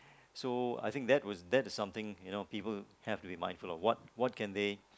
so I think that was that is something you know people have to be mindful of what what can they